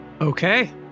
Okay